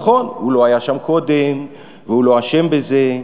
נכון, הוא לא היה שם קודם והוא לא אשם בזה,